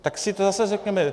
Tak si to zase řekněme.